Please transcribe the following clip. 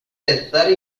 estar